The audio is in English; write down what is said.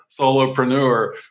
solopreneur